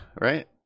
right